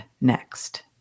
next